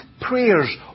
prayers